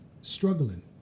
struggling